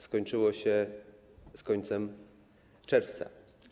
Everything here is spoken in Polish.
Skończyło się z końcem czerwca.